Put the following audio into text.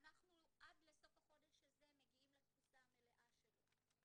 עד לסוף החודש הזה אנחנו מגיעים לתפוסה המלאה שלו.